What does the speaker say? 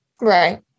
Right